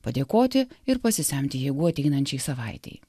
padėkoti ir pasisemti jėgų ateinančiai savaitei